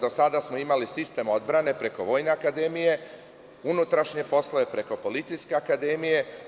Do sada smo imali sistem odbrane preko Vojne akademije, unutrašnje poslove preko Policijske akademije.